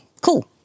Cool